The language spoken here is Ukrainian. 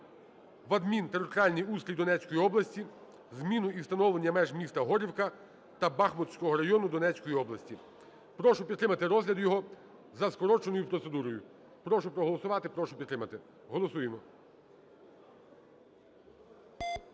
в адмінтериторіальний устрій Донецької області, зміну і встановлення меж міста Горлівка та Бахмутського району Донецької області. Прошу підтримати розгляд його за скороченою процедурою. Прошу проголосувати, прошу підтримати. Голосуємо.